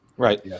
Right